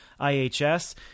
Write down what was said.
IHS